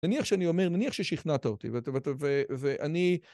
נניח שאני אומר, נניח ששכנעת אותי, ואני...